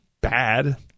bad